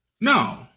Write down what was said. no